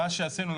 מה שעשינו,